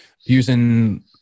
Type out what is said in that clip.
using